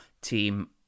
Team